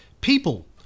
People